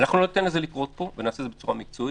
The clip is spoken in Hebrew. אנחנו לא ניתן לזה לקרות פה ונעשה את זה בצורה מקצועית,